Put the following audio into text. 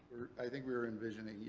i think we were envisioning, yeah,